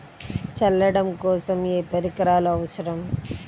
చల్లడం కోసం ఏ పరికరాలు అవసరం?